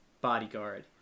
bodyguard